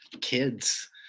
kids